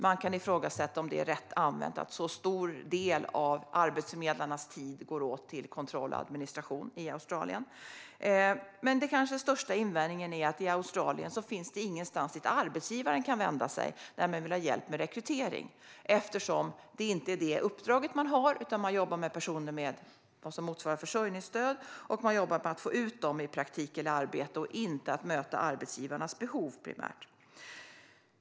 Man kan ifrågasätta om det är rätt använt att en så stor del av arbetsförmedlarnas tid i Australien går åt till kontroll och administration. Men den kanske största invändningen är att det i Australien inte finns någonstans dit arbetsgivaren kan vända sig när man vill ha hjälp med rekrytering, för detta är inte det uppdrag man har. Man jobbar med personer som har motsvarande försörjningsstöd för att få ut dem i praktik eller arbete; man jobbar inte primärt med att möta arbetsgivarnas behov.